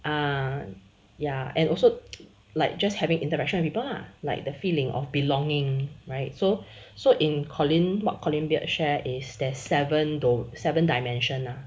um ya and also like just having interaction with people lah like the feeling of belonging right so so in colin what colin beard share is there is seven though seven dimensions lah